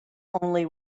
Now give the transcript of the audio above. only